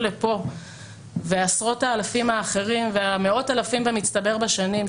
לפה ועשרות האלפים האחרים והמאות אלפים במצטבר בשנים.